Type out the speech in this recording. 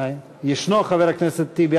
אה, ישנו, חבר הכנסת טיבי.